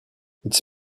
its